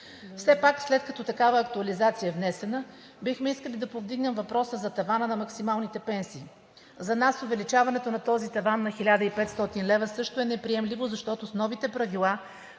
Все пак след като такава актуализация е внесена, бихме искали да повдигнем въпроса за тавана на максималните пенсии. За нас увеличаването на този таван на 1500 лв. също е неприемливо, защото с новите правила